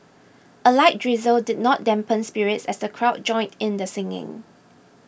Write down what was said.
a light drizzle did not dampen spirits as the crowd joined in the singing